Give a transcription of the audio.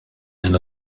and